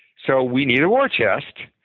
so we needed a war chest.